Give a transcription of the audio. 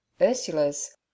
ursula's